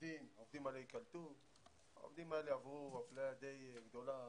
העובדים האלה עברו אפליה די גדולה,